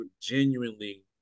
genuinely